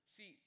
See